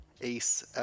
ace